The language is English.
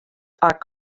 are